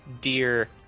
dear